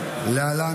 להעביר